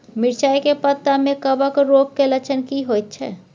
मिर्चाय के पत्ता में कवक रोग के लक्षण की होयत छै?